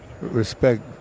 respect